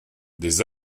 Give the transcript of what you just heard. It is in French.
des